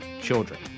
children